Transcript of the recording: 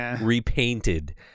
repainted